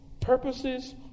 purposes